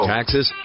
Taxes